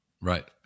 Right